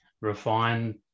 refine